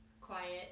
quiet